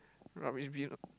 rubbish bin